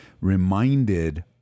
reminded